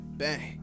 bang